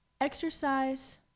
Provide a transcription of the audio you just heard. Exercise